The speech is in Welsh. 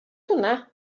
hwnna